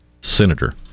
senator